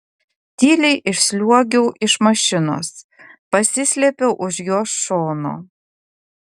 tyliai išsliuogiau iš mašinos pasislėpiau už jos šono